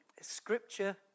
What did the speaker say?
scripture